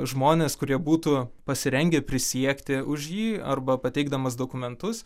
žmones kurie būtų pasirengę prisiekti už jį arba pateikdamas dokumentus